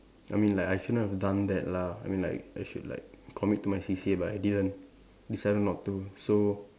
I mean like I shouldn't have done that lah I mean like I should like commit to my C_C_A but I didn't decided not to so